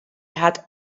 hat